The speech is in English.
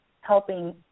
helping